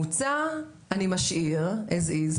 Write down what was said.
הממוצע אני משאיר כמו שהוא,